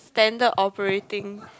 standard operating